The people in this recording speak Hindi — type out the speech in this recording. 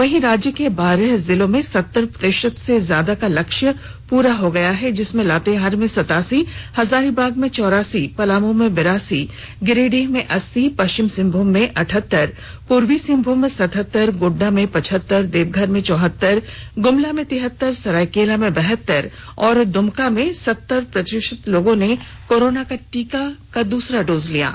वहीं राज्य के बारह जिलों में सतर प्रतिशत से ज्यादा का लक्ष्य पूरा हो गया है जिसमें लातेहार में सतासी हजारीबाग में चौरासी पलामू में बैरासी गिरिडीह में अस्सी पश्चिम सिंहभूम में अठहतर पूर्वी सिंहभूम में सतहतर गोड्डा में पचहतर देवघर में चौहतर गुमला में तिहतर सरायकेला में बहतर और दुमका में सतर प्रतिशत लोगों ने कोरोना का टीका का दूसरा डोज लिया है